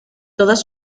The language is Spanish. todas